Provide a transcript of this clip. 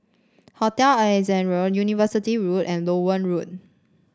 Hotel Ascendere Road University Road and Loewen Road